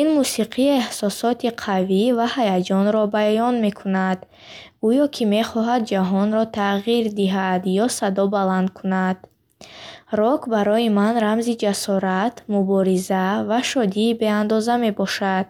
Ин мусиқӣ эҳсосоти қавӣ ва ҳаяҷонро баён мекунад, гӯё ки мехоҳад ҷаҳонро тағйир диҳад ё садо баланд кунад. Рок барои ман рамзи ҷасорат, мубориза ва шодии беандоза мебошад.